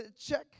check